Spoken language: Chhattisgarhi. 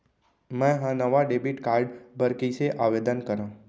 मै हा नवा डेबिट कार्ड बर कईसे आवेदन करव?